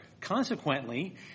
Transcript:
Consequently